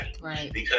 Right